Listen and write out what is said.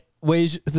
ways